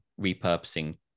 repurposing